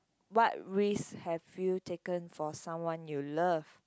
what risk have you taken for someone you love